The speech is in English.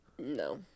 no